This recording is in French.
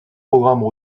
programmes